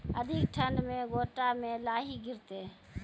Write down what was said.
अधिक ठंड मे गोटा मे लाही गिरते?